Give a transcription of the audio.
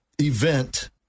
event